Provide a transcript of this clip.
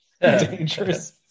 Dangerous